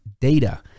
data